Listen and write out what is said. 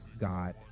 god